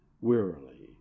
wearily